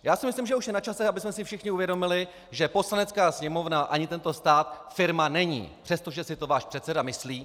Já si myslím, že už je na čase, abychom si všichni uvědomili, že Poslanecká sněmovna ani tento stát firma není, přestože si to váš předseda myslí.